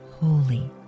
holy